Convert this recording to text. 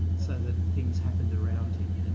and so that things happened around him, and